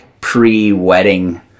pre-wedding